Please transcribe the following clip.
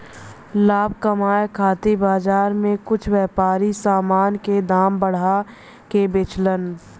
लाभ कमाये खातिर बाजार में कुछ व्यापारी समान क दाम बढ़ा के बेचलन